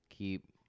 Keep